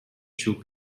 шүү